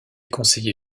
conseiller